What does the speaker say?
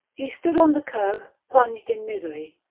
he stood on the kerb plunged in misery,